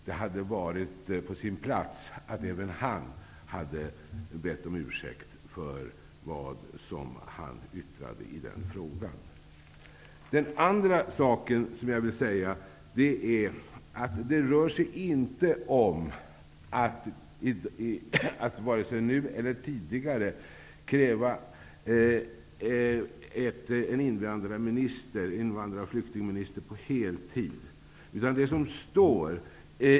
Det hade varit på sin plats att även han hade bett om ursäkt för vad han yttrade i den frågan. Jag vill framhålla att det inte rör sig om att vare sig nu eller tidigare kräva en invandrar och flyktingminister på heltid.